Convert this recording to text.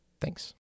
Thanks